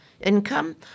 income